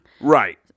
Right